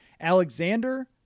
Alexander